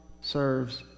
serves